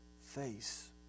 face